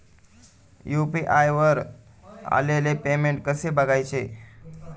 UPI वर आलेले payment कसे बघायचे?